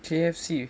K_F_C